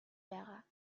байгаа